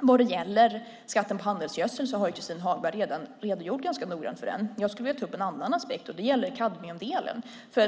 Vad gäller skatten på handelsgödsel har Christin Hagberg redan redogjort ganska noggrant för den. Jag skulle vilja ta upp en annan aspekt. Det gäller kadmiumdelen.